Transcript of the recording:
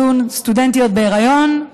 סטודנטיות בהיריון,